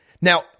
Now